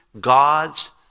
God's